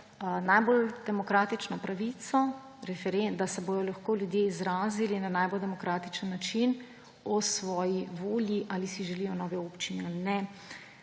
najbolj demokratično pravico, da se bodo lahko ljudje izrazili na najbolj demokratični način o svoji volji, ali si želijo novo občino ali ne.